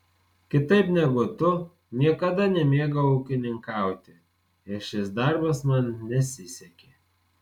kitaip negu tu niekada nemėgau ūkininkauti ir šis darbas man nesisekė